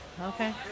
Okay